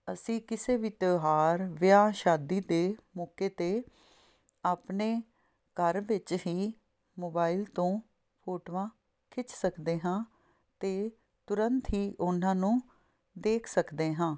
ਅਸੀਂ ਕਿਸੇ ਵੀ ਤਿਓਹਾਰ ਵਿਆਹ ਸ਼ਾਦੀ ਦੇ ਮੌਕੇ 'ਤੇ ਆਪਣੇ ਘਰ ਵਿੱਚ ਹੀ ਮੋਬਾਈਲ ਤੋਂ ਫੋਟੋਆਂ ਖਿੱਚ ਸਕਦੇ ਹਾਂ ਅਤੇ ਤੁਰੰਤ ਹੀ ਉਨ੍ਹਾਂ ਨੂੰ ਦੇਖ ਸਕਦੇ ਹਾਂ